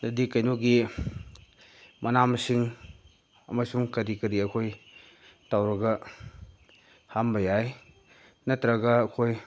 ꯗꯗꯤ ꯀꯩꯅꯣꯒꯤ ꯃꯅꯥ ꯃꯁꯤꯡ ꯑꯃꯁꯨꯡ ꯀꯔꯤ ꯀꯔꯤ ꯑꯩꯈꯣꯏ ꯇꯧꯔꯒ ꯍꯥꯝꯕ ꯌꯥꯏ ꯅꯠꯇ꯭ꯔꯒ ꯑꯩꯈꯣꯏ